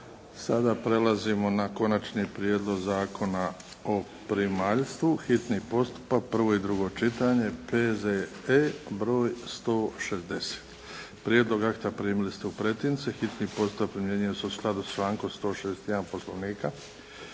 Sada prelazimo na: - Konačni prijedlog zakona o primaljstvu, hitni postupak, prvo i drugo čitanje, P.Z.E. br. 160 Prijedlog akta primili ste u pretince. Hitni postupak primjenjuje se u skladu s člankom 161. Poslovnika.